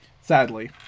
Sadly